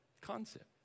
concept